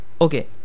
Okay